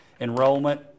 enrollment